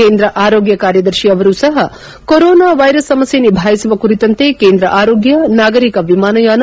ಕೇಂದ್ರ ಆರೋಗ್ಯ ಕಾರ್ಯದರ್ಶಿ ಅವರೂ ಸಹ ಕೊರೋನಾ ವೈರಸ್ ಸಮಸ್ನೆ ನಿಭಾಯಿಸುವ ಕುರಿತಂತೆ ಕೇಂದ್ರ ಆರೋಗ್ಯ ನಾಗರಿಕ ವಿಮಾನಯಾನ